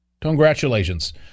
Congratulations